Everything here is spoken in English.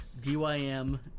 DYM